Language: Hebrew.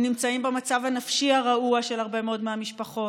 הם נמצאים במצב הנפשי הרעוע של הרבה מאוד מהמשפחות.